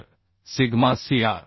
तर sigma Cr